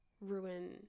ruin